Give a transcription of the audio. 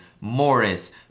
Morris